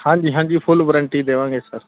ਹਾਂਜੀ ਹਾਂਜੀ full warranty ਦੇਵਾਂਗੇ ਸਰ